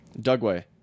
Dugway